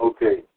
Okay